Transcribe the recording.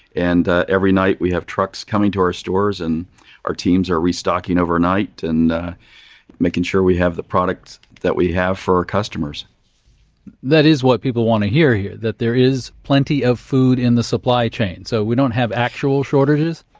and ah every night we have trucks coming to our stores and our teams are restocking overnight and making sure we have the products that we have for our customers that is what people want to hear. that there is plenty of food in the supply chain. so, we don't have actual shortages?